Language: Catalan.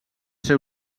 ser